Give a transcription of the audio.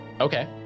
Okay